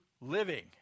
living